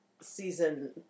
season